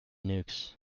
nukes